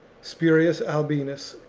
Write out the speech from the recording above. spurius albinus,